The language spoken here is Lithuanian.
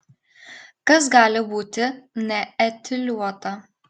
kas gali būti neetiliuota